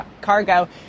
Cargo